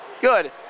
Good